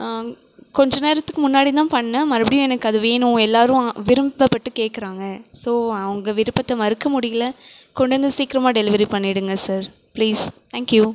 கொஞ்ச நேரத்துக்கு முன்னாடி தான் பண்ணிணேன் மறுபடியும் எனக்கு அது வேணும் எல்லாேரும் விரும்ப பட்டு கேட்குறாங்க ஸோ அவங்க விருப்பத்த மறுக்க முடியலை கொண்டாந்து சீக்கிரமாக டெலிவரி பண்ணிவிடுங்க சார் ப்ளீஸ் தேங்க் யூ